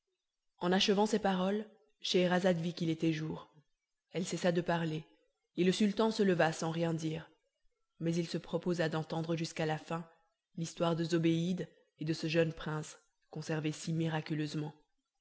en achevant ces paroles scheherazade vit qu'il était jour elle cessa de parler et le sultan se leva sans rien dire mais il se proposa d'entendre jusqu'à la fin l'histoire de zobéide et de ce jeune prince conservé si miraculeusement